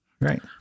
right